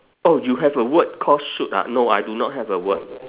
oh you have a word call shoot ah no I do not have the word